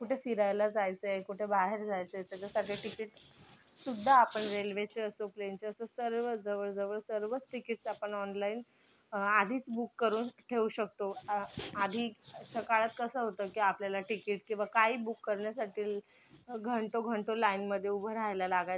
कुठे फिरायला जायचंय कुठं बाहेर जायचंय त्याच्यासाठी तिकीटसुद्धा आपण रेल्वेचे असो प्लेनचे असो सर्व जवळजवळ सर्वच तिकीट्स आपण ऑनलाईन अ आधीच बूक करून ठेवू शकतो अ आधीच्या काळात कसं होतं की आपल्याला तिकीट किंवा काही बुक करण्यासाठील घंटो घंटो लाईनमध्ये उभं राहायला लागायचं